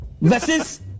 versus